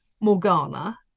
Morgana